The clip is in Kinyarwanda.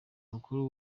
mukuru